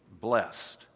blessed